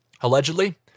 allegedly